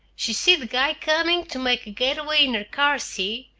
she see the guy comin' to make a get-away in her car, see?